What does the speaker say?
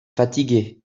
fatigué